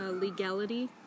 legality